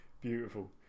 Beautiful